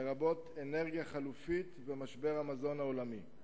לרבות אנרגיה חלופית ומשבר המזון העולמי.